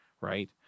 right